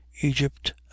Egypt